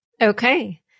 Okay